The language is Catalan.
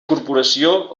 corporació